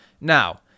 Now